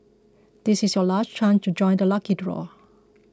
this is your last chance to join the lucky draw